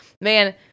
man